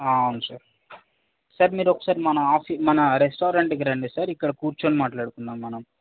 అవును sir sir మీరు ఒకసారి మన ఆఫీ మన రెస్టారెంట్కి రండి సార్ ఇక్కడ కూర్చొని మాట్లాడుకుందాం మనం